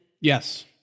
Yes